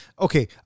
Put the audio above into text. Okay